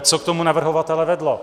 Co k tomu navrhovatele vedlo?